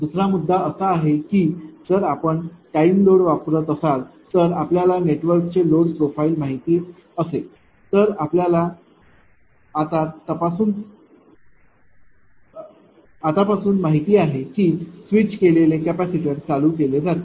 दुसरा मुद्दा असा आहे की जर आपण टाईम लोड वापरत असाल जर आपल्याला नेटवर्कचे लोड प्रोफाइल माहित असेल तर आपल्याला आता पासून माहित आहे की स्विच केलेले कॅपेसिटर चालू केले जातील